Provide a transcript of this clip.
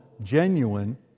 genuine